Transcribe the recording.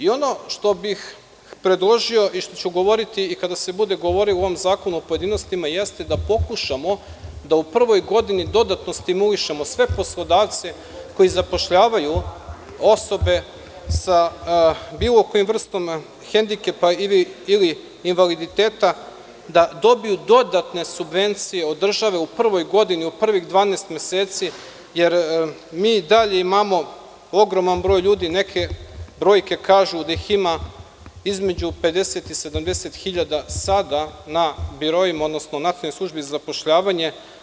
Ono što bih predložio i što ću govoriti kada se bude govorilo o ovom zakonu o pojedinostima, jeste da pokušamo da u prvoj godini dodatno stimulišemo sve poslodavce koji zapošljavaju osobe sa bilo kojim vrstama hendikepa ili invaliditeta da dobiju dodatne subvencije od države u prvoj godini, u prvih 12 meseci, jer mi i dalje imamo ogroman broj ljudi, neke brojke kažu da ih ima između 50 i 70.000 sada na biroima, odnosno nacionalnim službama za zapošljavanje.